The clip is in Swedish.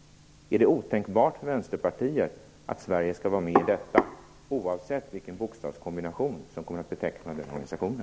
- är det då otänkbart för Vänsterpartiet att Sverige är med, oavsett vilken bokstavskombination som kommer att beteckna den organisationen?